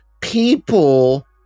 People